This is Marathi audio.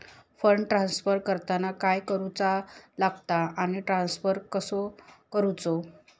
फंड ट्रान्स्फर करताना काय करुचा लगता आनी ट्रान्स्फर कसो करूचो?